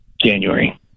January